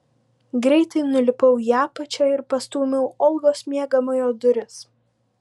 greitai nulipau į apačią ir pastūmiau olgos miegamojo duris